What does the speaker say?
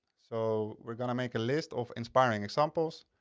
so we're gonna make a list of inspiring examples.